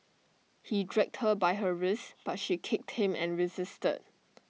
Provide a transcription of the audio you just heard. he dragged her by her wrists but she kicked him and resisted